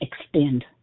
extend